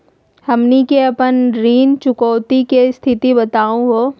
हमनी के अपन ऋण चुकौती के स्थिति बताहु हो?